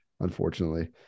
unfortunately